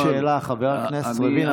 מה השאלה, חבר הכנסת לוין?